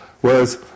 Whereas